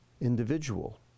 individual